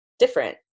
different